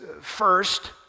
first